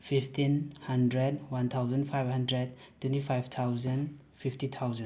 fifteen hundred one thousand five hundred twenty five thousand fifty thousand